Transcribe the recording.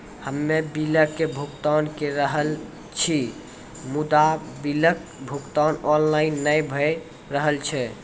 हम्मे बिलक भुगतान के रहल छी मुदा, बिलक भुगतान ऑनलाइन नै भऽ रहल छै?